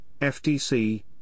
FTC